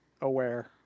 aware